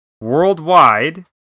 worldwide